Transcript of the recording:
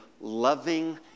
loving